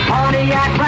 Pontiac